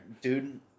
Dude